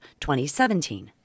2017